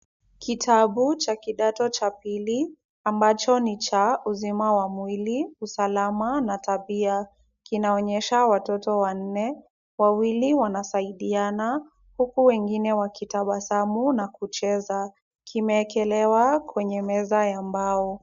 Kitabu cha kidato cha pili ambacho ni cha uzima wa mwili, usalama na tabia, kinaonyesha watoto wanne, wawili wanasaidiana huku wengine wakitabasamu na kucheza. Kimeekelewa kwenye meza ya mbao.